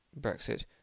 Brexit